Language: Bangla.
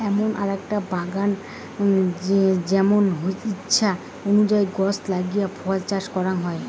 এমন আকটা বাগান যেমন ইচ্ছে অনুযায়ী গছ লাগিয়ে ফল চাষ করাং হই